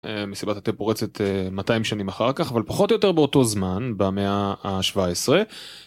מסיבת התה פורצת 200 שנים אחר כך אבל פחות או יותר באותו זמן במאה ה 17.